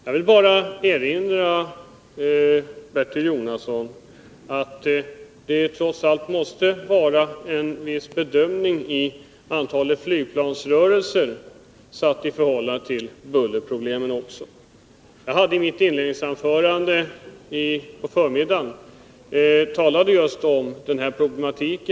Jag vill bara erinra Bertil Jonasson om att man trots allt också måste sätta antalet flygplansrörelser i förhållande till de bullermängder som det gäller. Jag talade i mitt inledningsanförande på förmiddagen om just denna problematik.